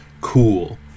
Cool